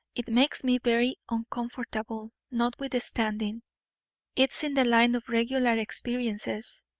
it makes me very uncomfortable, notwithstanding it's in the line of regular experiences.